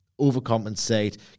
overcompensate